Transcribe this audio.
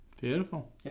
beautiful